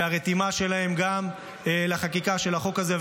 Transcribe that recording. על הרתימה שלהם גם לחקיקה של החוק הזה,